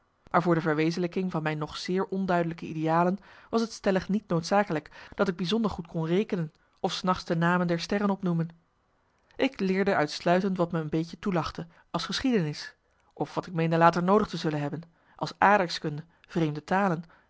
nagelaten bekentenis de verwezenlijking van mijn nog zeer onduidelijke idealen was t stellig niet noodzakelijk dat ik bijzonder goed kon rekenen of s nachts de namen der sterren opnoemen ik leerde uitsluitend wat me een beetje toelachte als geschiedenis of wat ik meende later noodig te zullen hebben als aardrijkskunde vreemde talen